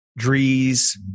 Drees